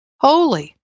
holy